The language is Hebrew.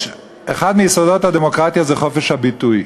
אחד מיסודות הדמוקרטיה זה חופש הביטוי.